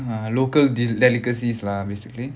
ah local delicacies lah basically